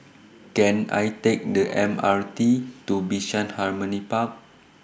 Can I Take The M R T to Bishan Harmony Park